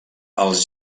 els